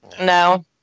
No